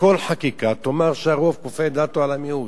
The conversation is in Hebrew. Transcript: בכל חקיקה תאמר שהרוב כופה את דעתו על המיעוט.